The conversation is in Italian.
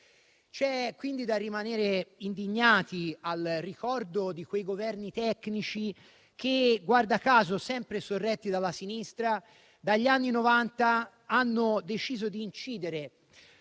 C'è quindi da rimanere indignati al ricordo di quei Governi tecnici che, guarda caso sempre sorretti dalla sinistra, dagli anni Novanta hanno deciso di incidere